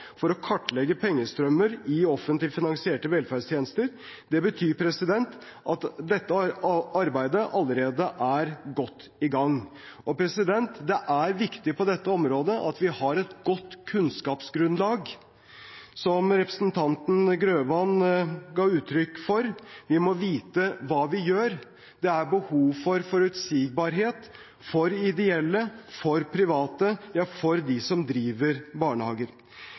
for å kartlegge pengestrømmer i offentlig finansierte velferdstjenester. Det betyr at dette arbeidet allerede er godt i gang. Det er viktig på dette området at vi har et godt kunnskapsgrunnlag. Som representanten Grøvan ga uttrykk for: Vi må vite hva vi gjør. Det er behov for forutsigbarhet for ideelle, for private, ja, for dem som driver barnehager.